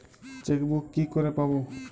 Chequebook কি করে পাবো?